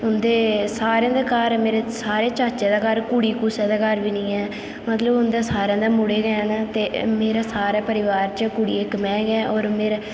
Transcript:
उंदे सारें दे घर मेरे सारे चाचें दे घर कुड़ी कुसै दे घर बी नेईं ऐ मतलब उंदे सारे दै मुड़े गै न ते मेरे सारे परिवार च कुड़ी इक में गै होर मेरे